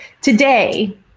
today